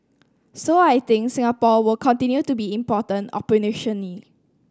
so I think Singapore will continue to be important operationally